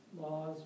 laws